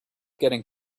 getting